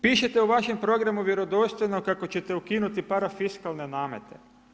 Pišete u vašem programu vjerodostojno kako ćete ukinuti parafiskalne namete.